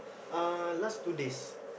uh last two days